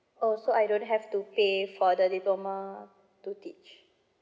oh so I don't have to pay for the diploma to teach